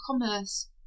commerce